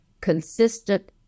Consistent